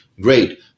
great